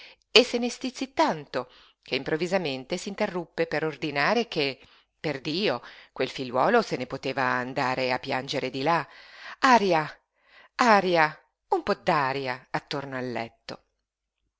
e se ne stizzí tanto che improvvisamente s'interruppe per ordinare che perdio quel figliuolo se ne poteva andare a piangere di là aria aria un po d'aria attorno al letto